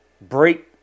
break